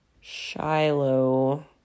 Shiloh